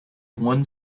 one